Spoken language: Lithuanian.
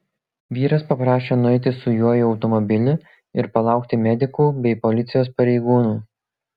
vyras paprašė nueiti su juo į automobilį ir palaukti medikų bei policijos pareigūnų